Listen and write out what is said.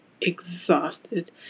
exhausted